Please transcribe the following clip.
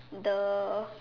the